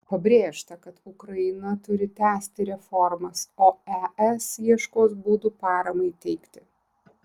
pabrėžta kad ukraina turi tęsti reformas o es ieškos būdų paramai teikti